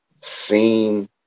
seen